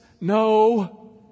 No